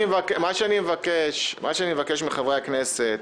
יש לי בקשה לחברי הכנסת.